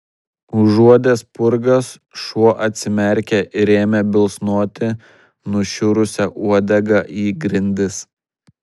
užuodęs spurgas šuo atsimerkė ir ėmė bilsnoti nušiurusia uodega į grindis